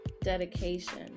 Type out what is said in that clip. Dedication